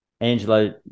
Angelo